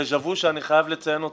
דז'ה-וו שאני חייב לציין אותו,